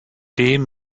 dem